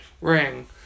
ring